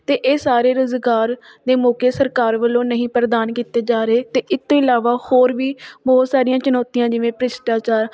ਅਤੇ ਇਹ ਸਾਰੇ ਰੁਜ਼ਗਾਰ ਦੇ ਮੌਕੇ ਸਰਕਾਰ ਵੱਲੋਂ ਨਹੀਂ ਪ੍ਰਦਾਨ ਕੀਤੇ ਜਾ ਰਹੇ ਅਤੇ ਇਹ ਤੋਂ ਇਲਾਵਾ ਹੋਰ ਵੀ ਬਹੁਤ ਸਾਰੀਆਂ ਚੁਣੌਤੀਆਂ ਜਿਵੇਂ ਭ੍ਰਿਸ਼ਟਾਚਾਰ